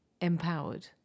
Empowered